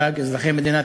חוקים,